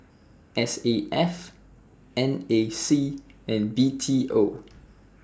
S A F N A C and B T O